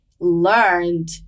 learned